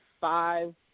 five